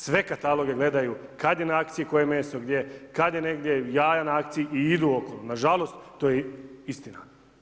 Sve kataloge gledaju, kada je na akciji, koje meso gdje, kada je negdje jaja na akciji i idu okolo nažalost, to je istina.